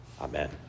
Amen